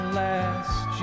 last